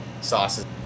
sauces